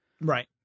Right